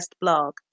blog